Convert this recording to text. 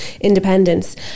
independence